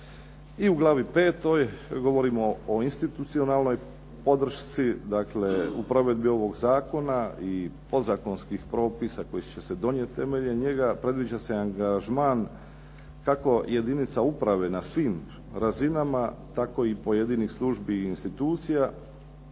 I u glavi petoj govorimo o institucionalnoj podršci. Dakle u provedbi ovog zakona i podzakonskih propisa koji će se donijeti temeljem njega, predviđa se angažman kako jedinica uprave na svim razinama, tako i pojedinih službi i institucija.